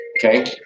Okay